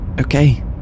Okay